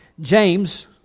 James